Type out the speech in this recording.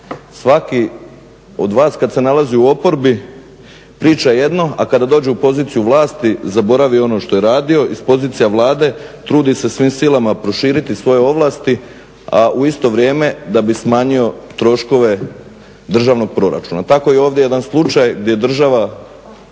Svaki od vas kad se nalazi u oporbi priča jedno, a kada dođe u poziciju vlasti, zaboravi ono što je radio iz pozicija Vlade, trudi se svim silama proširiti svoje ovlasti, a u isto vrijeme da bi smanjio troškove državnog proračuna. Tako je i ovdje jedan slučaj gdje država